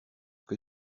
que